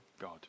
God